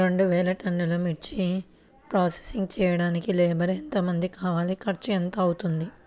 రెండు వేలు టన్నుల మిర్చి ప్రోసెసింగ్ చేయడానికి లేబర్ ఎంతమంది కావాలి, ఖర్చు ఎంత అవుతుంది?